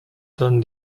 turn